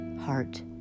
heart